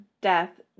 death